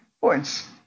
Points